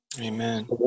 Amen